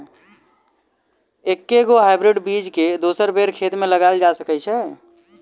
एके गो हाइब्रिड बीज केँ दोसर बेर खेत मे लगैल जा सकय छै?